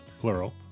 plural